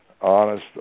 honest